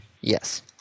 Yes